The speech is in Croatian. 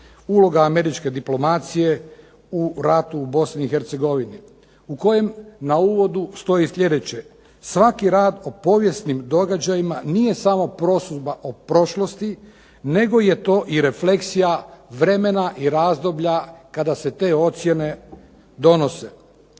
uloga američke diplomacije u ratu u BiH" u kojem na uvodu stoji sljedeće, svaki rad o povijesnim događajima nije samo prosudba o prošlosti, nego je to i refleksija vremena i razdoblja kada se te ocjene donose.